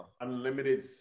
Unlimited